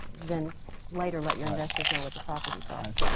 then later, let your investors know what the properties are.